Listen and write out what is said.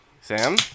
Sam